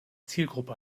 zielgruppe